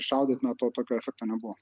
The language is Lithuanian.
šaudyt na to tokio efekto nebuvo